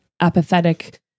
apathetic